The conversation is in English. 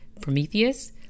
Prometheus